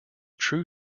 true